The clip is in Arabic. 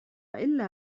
إلا